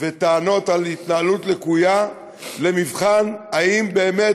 וטענות על התנהלות לקויה למבחן אם באמת